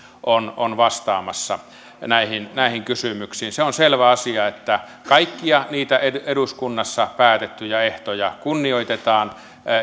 on on vastaamassa näihin näihin kysymyksiin se on selvä asia että kaikkia niitä eduskunnassa päätettyjä ehtoja kunnioitetaan